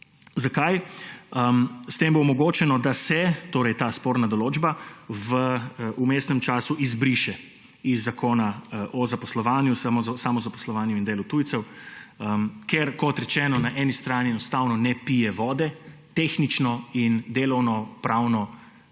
Zakaj? S tem bo omogočeno, da se ta sporna določba v vmesnem času izbriše iz zakona o poslovanju, samozaposlovanju in delu tujcev, ker na eni strani enostavno ne pije vode, tehnično in delovnopravno ne